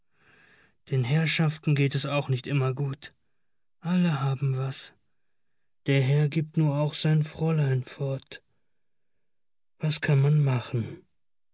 den herrschaften geht es auch nicht immer gut alle haben was der herr gibt nu auch sein fräulein fort was kann man machen